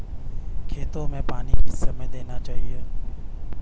खेतों में पानी किस समय देना चाहिए?